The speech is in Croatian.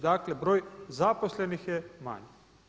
Dakle broj zaposlenih je manji.